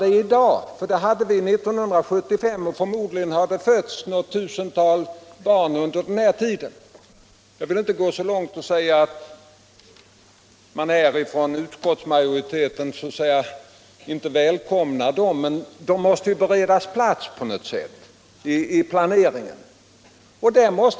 Så många människor fanns det nämligen i länet 1975, och förmodligen har det fötts något tusental barn sedan dess. Jag vill inte gå så långt att jag säger att utskottsmajoriteten inte välkomnar dem, men de måste ju beredas plats i planeringen.